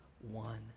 one